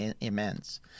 immense